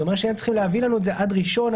זה אומר שהם צריכים להביא לנו את זה עד ראשון,